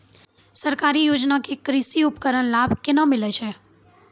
सरकारी योजना के कृषि उपकरण लाभ केना मिलै छै?